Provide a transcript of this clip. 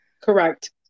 Correct